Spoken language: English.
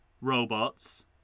Robots